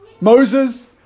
Moses